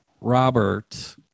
Robert